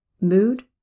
mood